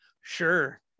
sure